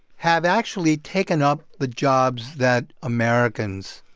have actually taken up the jobs that americans,